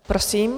Prosím.